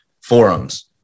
forums